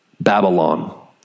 Babylon